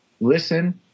listen